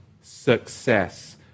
success